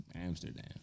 Amsterdam